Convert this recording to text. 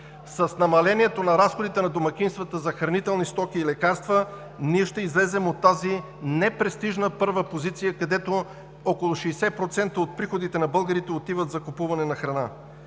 С намалението на разходите на домакинствата за хранителни стоки и лекарства ние ще излезем от тази непрестижна първа позиция, където около 60% от приходите на българите отиват за купуване на храна.